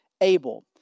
Abel